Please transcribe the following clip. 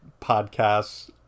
podcasts